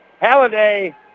Halliday